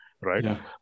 Right